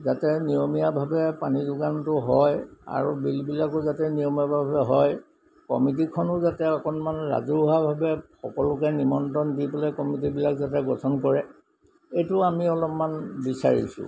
যাতে নিয়মীয়াভাৱে পানী যোগানটো হয় আৰু বিলবিলাকো যাতে নিয়মীয়াভাৱে হয় কমিটিখনো যাতে অকণমান ৰাজহুৱাভাৱে সকলোকে নিমন্ত্ৰণ দি পেলাই কমিটিবিলাক যাতে গঠন কৰে এইটো আমি অলপমান বিচাৰিছোঁ